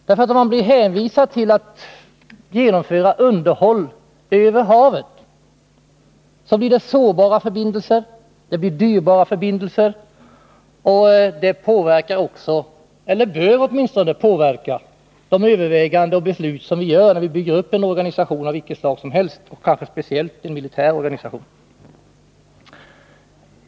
Hänvisas man till att klara underhållet över havet, blir det sårbara och dyrbara förbindelser. Det påverkar också, eller bör åtminstone påverka, våra överväganden och beslut när vi bygger upp en organisation. Det må gälla vilken organisation som helst, kanske speciellt en militär organisation.